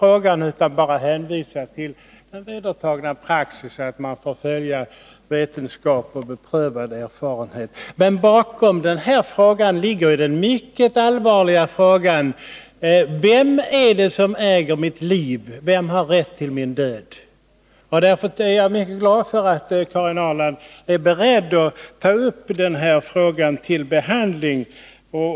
Det har bara hänvisats till vedertagen praxis och sagts att man får följa vetenskap och beprövad erfarenhet. Men bakgrunden är ju de mycket allvarliga frågorna: Vem är det som äger mitt liv? Vem har rätt till min död? Jag är därför glad över att Karin Ahrland är beredd att ta upp frågan till behandling.